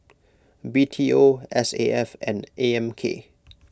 B T O S A F and A M K